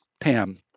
pam